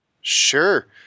Sure